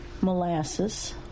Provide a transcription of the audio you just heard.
molasses